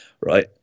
right